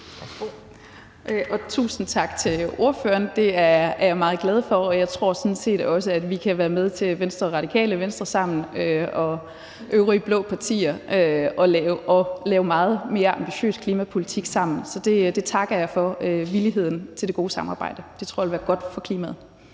Tusind tak til spørgeren. Det er jeg meget glad for, og jeg tror sådan set også, at vi kan være med til, at Venstre og Radikale Venstre og de øvrige blå partier laver meget mere ambitiøs klimapolitik sammen. Så det takker jeg for – villigheden til det gode samarbejde. Det tror jeg vil være godt for klimaet.